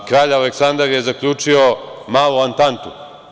Kralj Aleksandar je zaključio Malu Antantu.